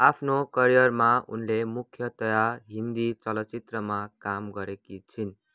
आफ्नो करियरमा उनले मुख्यतया हिन्दी चलचित्रमा काम गरेकी छिन्